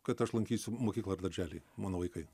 kad aš lankysiu mokyklą ar darželį mano vaikai